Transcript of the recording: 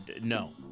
No